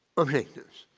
objectives.